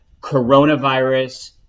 coronavirus